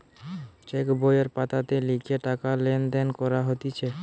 check বইয়ের পাতাতে লিখে টাকা লেনদেন করা হতিছে